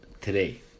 today